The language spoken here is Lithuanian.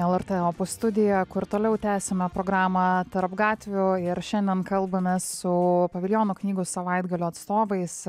lrt opus studiją kur toliau tęsiame programą tarp gatvių ir šiandien kalbamės su paviljono knygų savaitgalio atstovais